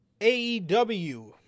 AEW